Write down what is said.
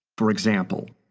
for example,